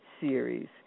series